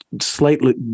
slightly